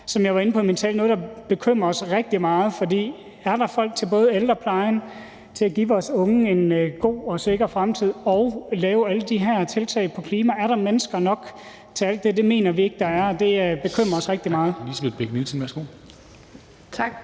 som jeg var inde på i min tale, noget, der bekymrer os rigtig meget. For er der folk til både ældreplejen, til at give vores unge en god og sikker fremtid og lave alle de her tiltag i forhold til klimaet? Er der mennesker nok til alt det? Det mener vi ikke der er, og det bekymrer os rigtig meget.